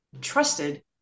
trusted